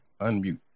Unmute